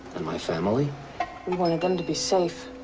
and my family? we wanted them to be safe.